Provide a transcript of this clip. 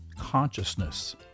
consciousness